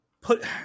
put